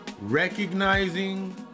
recognizing